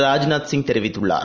ராஜ்நாத்சிங் தெரிவித்துள்ளார்